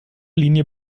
linie